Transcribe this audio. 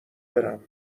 برم